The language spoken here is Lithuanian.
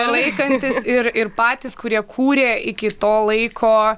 palaikąntys ir ir patys kurie kūrė iki to laiko